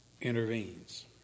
intervenes